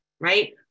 right